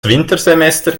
wintersemester